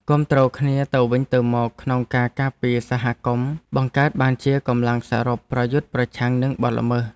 គាំទ្រគ្នាទៅវិញទៅមកក្នុងការការពារសហគមន៍បង្កើតបានជាកម្លាំងសរុបប្រយុទ្ធប្រឆាំងនឹងបទល្មើស។